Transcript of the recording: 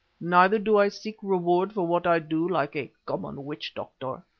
neither do i seek reward for what i do like a common witch-doctor.